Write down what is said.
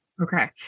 Okay